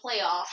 playoffs